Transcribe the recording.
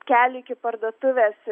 kelią iki parduotuvės